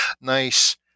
nice